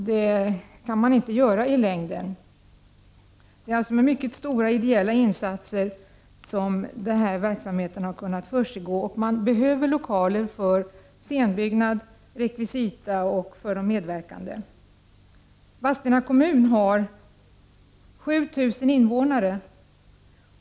Verksamheten har kunnat försiggå med mycket stora ideella insatser. Man behöver lokaler för scenbyggnad, rekvisita och för de medverkande. Vadstena kommun har 7 000 invånare.